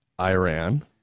iran